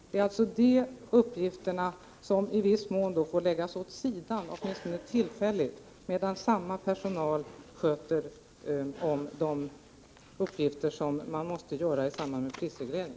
Det är alltså dessa arbetsuppgifter som i viss mån får läggas åt sidan, åtminstone tillfälligt, medan man sköter de uppgifter som måste utföras i samband med prisreglering.